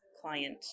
client